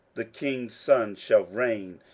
the king's son shall reign,